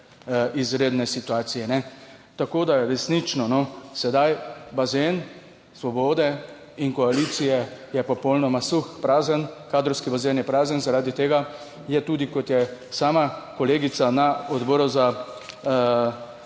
izredne situacije? Tako, da resnično sedaj bazen svobode in koalicije je popolnoma suh, prazen, kadrovski bazen je prazen. Zaradi tega je tudi, kot je sama kolegica na Odboru za